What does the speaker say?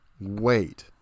wait